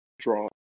draw